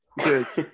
Cheers